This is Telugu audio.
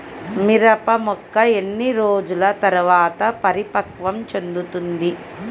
మిరప మొక్క ఎన్ని రోజుల తర్వాత పరిపక్వం చెందుతుంది?